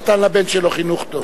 נתן לבן שלו חינוך טוב.